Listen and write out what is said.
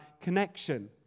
connection